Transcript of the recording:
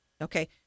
Okay